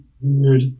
weird